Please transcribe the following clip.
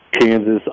Kansas